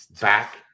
back